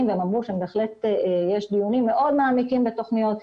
והם אמרו שבהחלט יש דיונים מאוד מעמיקים בתוכניות.